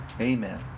Amen